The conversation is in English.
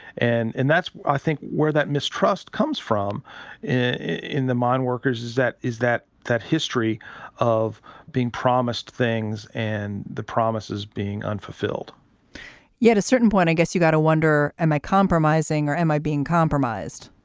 and and that's i think where that mistrust comes from in the mine workers is that is that that history of being promised things and the promises being unfulfilled yet a certain point i guess you got to wonder and my compromising or am i being compromised.